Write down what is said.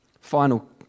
Final